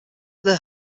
their